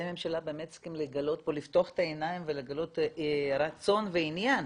הממשלה צריכים לפתוח את העיניים ולגלות רצון ועניין